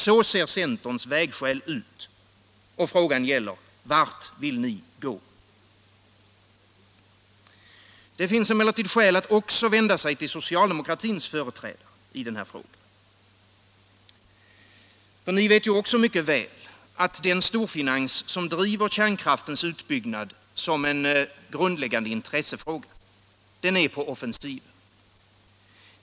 Så ser centerns vägskäl ut, och frågan gäller: Vart vill ni gå? Det finns emellertid skäl att också vända sig till socialdemokratins företrädare i den här frågan. Ni vet ju också mycket väl att den storfinans som driver kärnkraftens utbyggnad som en grundläggande intressefråga är på offensiven.